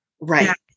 Right